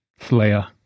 Slayer